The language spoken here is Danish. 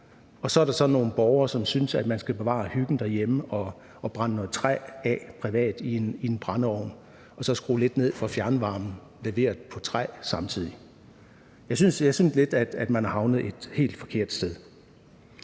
Og så er der så nogle borgere, der synes, at man skal bevare hyggen derhjemme og brænde noget træ af privat i en brændeovn, og så skrue lidt ned for fjernvarmen leveret på træ samtidig. Jeg synes lidt, at man er havnet et helt forkert sted.